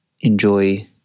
enjoy